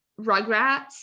Rugrats